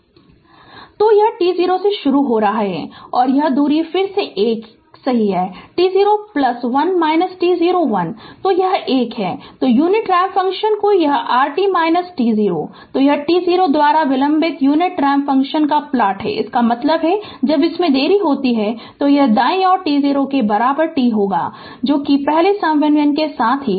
Refer Slide Time 1531 तो यह t0 से शुरू हो रहा है और यह दूरी फिर से 1 सही है t0 1 t0 1 यह 1 तो यूनिट रैंप फ़ंक्शन और यह rt t0 यह t0 द्वारा विलंबित यूनिट रैंप फ़ंक्शन का प्लॉट है इसका मतलब है जब इसमें देरी होती है तो यह दाईं ओर t0 के बराबर t होगा जो कि पहले समन्वय के साथ है